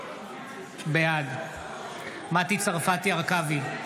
בעד מטי צרפתי הרכבי,